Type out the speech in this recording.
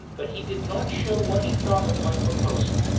but he did not show what he thought of my proposal.